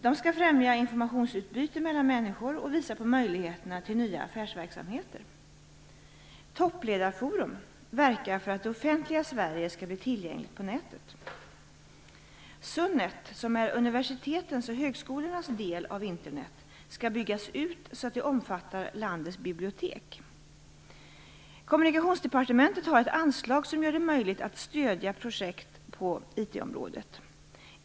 Den skall främja informationsutbyte mellan människor och visa på möjligheterna till nya affärsverksamheter. Toppledarforum verkar för att det offentliga Sverige skall bli tillgängligt på nätet. SUNET, som är universitetens och högskolornas del av Internet, skall byggas ut så att det omfattar landets bibliotek. Kommunikationsdepartementet har ett anslag som gör det möjligt att stödja projekt på IT området.